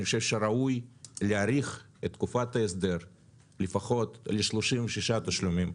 אני חושב שראוי להאריך את תקופת ההסדר לפחות ל-36 תשלומים,